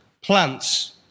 plants